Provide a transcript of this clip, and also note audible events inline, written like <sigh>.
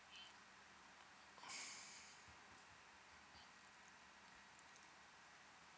<breath>